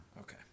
okay